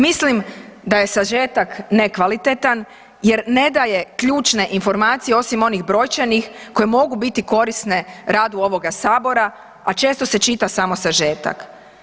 Mislim da je sažetak nekvalitetan jer ne daje ključne informacije osim onih brojčanih koje mogu biti korisne radu ovoga Sabora a često se čita samo sažetak.